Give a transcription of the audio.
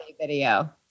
video